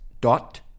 dot